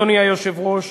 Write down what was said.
אדוני היושב-ראש,